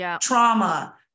trauma